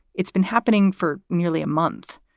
it's been happening for nearly a month.